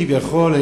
כביכול,